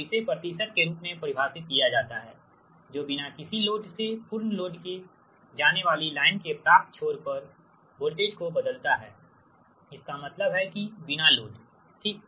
तो इसे प्रतिशत के रूप में परिभाषित किया जाता है जो बिना किसी लोड से पूर्ण लोड के जाने वाली लाइन के प्राप्त छोर पर वोल्टेज को बदलता हैइसका मतलब है कि बिना लोड ठीक